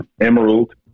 emerald